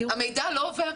המידע לא עובר.